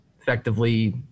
effectively